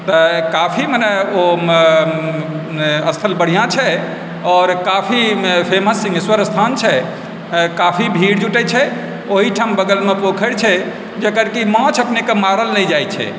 तऽ काफी मने ओ स्थल बढ़िआँ छै आओर काफी फेमस सिङ्घेश्वर स्थान छै काफी भीड़ जुटै छै ओहिठाम बगलमे पोखरि छै जकर कि माछ अपनेके मारल नहि जाइ छै